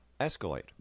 escalate